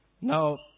Now